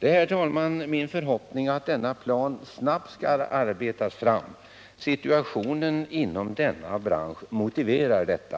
Det är, herr talman, min förhoppning att denna plan snabbt arbetas fram. Situationen inom denna bransch motiverar detta.